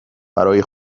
برای